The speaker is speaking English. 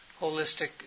holistic